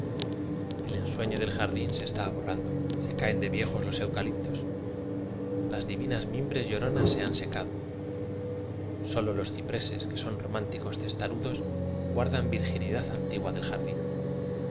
el ensueño del jardín se está borrando se caen de viejos los eucaliptos las divi nas mimbres lloronas se han secado sólo los cipreces que son románticos testarudos guardan virginidad antigua del jardín